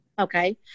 okay